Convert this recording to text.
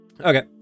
Okay